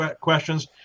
questions